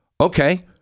Okay